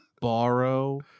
borrow